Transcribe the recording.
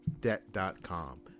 Debt.com